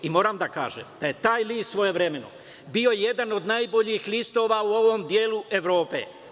Moram da kažem da je taj list, svojevremeno, bio jedan od najboljih listova u ovom delu Evrope.